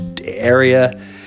area